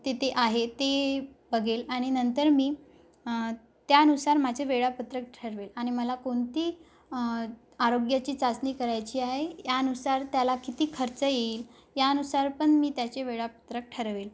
तिथे आहे ते बघेल आणि नंतर मी त्यानुसार माझे वेळापत्रक ठरवेल आणि मला कोणती आरोग्याची चाचणी करायची आहे यानुसार त्याला किती खर्च येईल यानुसार पण मी त्याचे वेळापत्रक ठरवेल